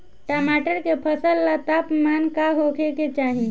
टमाटर के फसल ला तापमान का होखे के चाही?